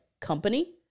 company